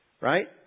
right